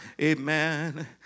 Amen